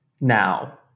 now